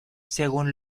según